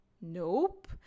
Nope